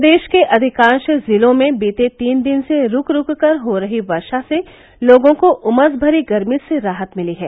प्रदेश के अधिकांश जिलों में बीते तीन दिन से रूक रूक कर हो रही वर्ष से लोगों को उमस भरी गर्मी से राहत मिली है